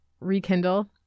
rekindle